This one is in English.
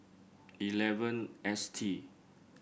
eleven S T